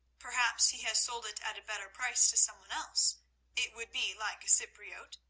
perhaps he has sold it at a better price to someone else it would be like a cypriote,